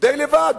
די לבד.